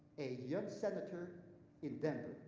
a young senator in denver